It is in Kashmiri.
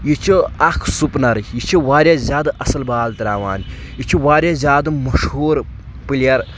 یہِ چھُ اکھ سُپنر یہِ چھُ واریاہ زیادٕ اصل بال ترٛاوان یہِ چھُ واریاہ زیادٕ مشہوٗر پٕلیر